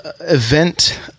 event